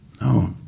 No